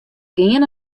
gean